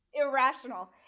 irrational